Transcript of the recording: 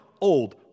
old